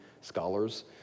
scholars